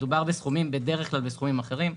מדובר בדרך כלל בסכומים אחרים.